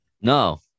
No